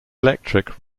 electric